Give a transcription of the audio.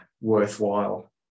worthwhile